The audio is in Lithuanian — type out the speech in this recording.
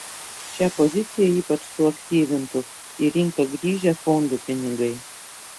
šią poziciją ypač suaktyvintų į rinką grįžę fondų pinigai